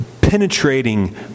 penetrating